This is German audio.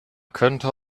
könnte